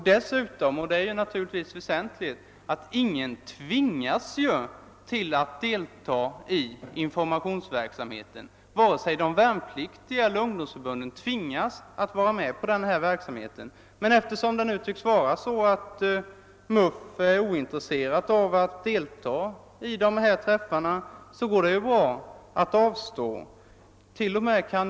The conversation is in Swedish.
Något som givetvis också är väsentligt är att ingen tvingas att deltaga i informationsverksamheten, och det gäller både de värnpliktiga och ungdomsförbunden. Eftersom MUF tycks vara ointresserat av att deltaga vid de aktuella informationsträffarna, kan MUF ju bara avstå härifrån.